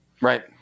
Right